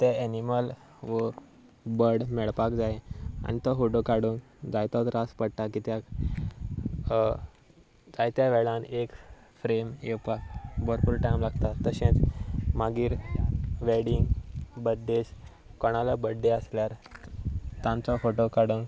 तें एनिमल व बर्ड मेळपाक जाय आनी तो फोटो काडूंक जायतो त्रास पडटा कित्याक जायत्या वेळान एक फ्रेम येवपाक भरपूर टायम लागता तशेंच मागीर वेडींग बर्थडेज कोणालोय बर्थडे आसल्यार तांचो फोटो काडून